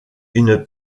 une